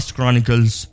Chronicles